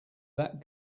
that